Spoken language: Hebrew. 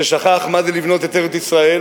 ששכח מה זה לבנות את ארץ-ישראל,